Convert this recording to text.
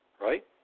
right